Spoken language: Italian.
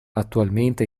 attualmente